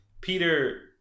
Peter